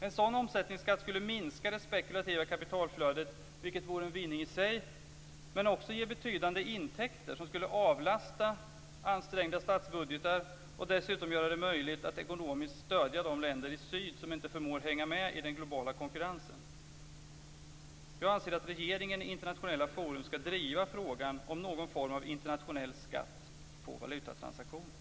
En sådan omsättningsskatt skulle minska det spekulativa kapitalflödet, vilket vore en vinning i sig, men också ge betydande intäkter som skulle avlasta ansträngda statsbudgetar och dessutom göra det möjligt att ekonomiskt stödja de länder i syd som inte förmår hänga med i den globala konkurrensen. Jag anser att regeringen i internationella forum skall driva frågan om någon form av internationell skatt på valutatransaktioner.